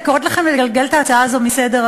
אני קוראת לכם לגלגל את ההצעה הזאת מסדר-היום.